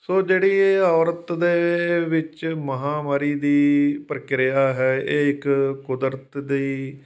ਸੋ ਜਿਹੜੀ ਇਹ ਔਰਤ ਦੇ ਵਿੱਚ ਮਹਾਂਮਾਰੀ ਦੀ ਪ੍ਰਕਿਰਿਆ ਹੈ ਇਹ ਇੱਕ ਕੁਦਰਤ ਦੀ